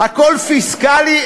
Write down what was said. הכול פיסקלי?